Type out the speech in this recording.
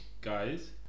guys